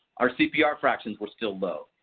our cpr fractions were still low.